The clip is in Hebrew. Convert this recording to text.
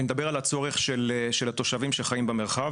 אני מדבר על הצורך של התושבים אשר חיים במרחב.